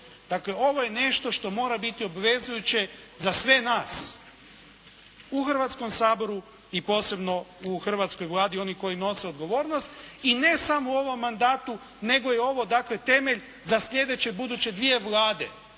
Dakle, ovo je nešto što mora biti obvezujuće za sve nas u Hrvatskom saboru i posebno u hrvatskoj Vladi, oni koji nose odgovornost. I ne samo u ovom mandatu nego je ovo dakle temelj za sljedeće buduće dvije Vlade,